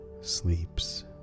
sleeps